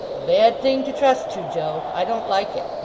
a bad thing to trust to, joe. i don't like it.